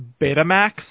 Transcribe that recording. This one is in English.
Betamax